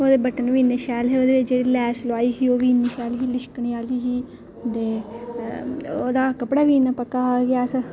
ओह्दे बटन बी इन्ने शैल हे ओह्दे ई जेह्ड़ी लैस लोआई ही ओह्बी इन्नी शैल ही लिशकनी ते ओह्दा कपड़ा बी इन्ना पक्का हा की अस